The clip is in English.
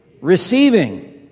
Receiving